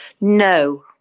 No